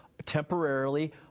temporarily